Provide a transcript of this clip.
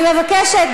אני מבקשת.